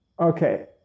Okay